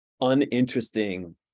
uninteresting